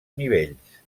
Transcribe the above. nivells